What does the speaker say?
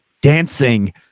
dancing